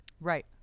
right